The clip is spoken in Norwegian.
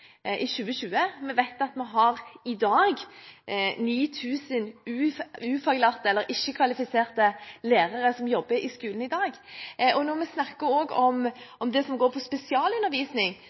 i 2020. Vi vet at det er 9 000 ufaglærte, eller ikke-kvalifiserte, lærere som jobber i skolen i dag. Når vi snakker om det som går på spesialundervisning,